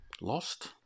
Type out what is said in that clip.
lost